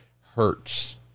hurts